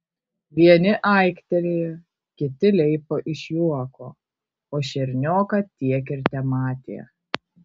vieni aiktelėjo kiti leipo iš juoko o šernioką tiek ir tematė